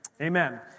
amen